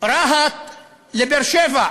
רהט לבאר-שבע.